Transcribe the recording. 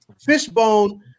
Fishbone